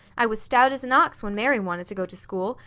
i was stout as an ox when mary wanted to go to school.